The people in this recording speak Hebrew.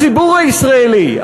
הציבור הישראלי,